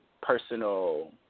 personal